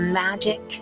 magic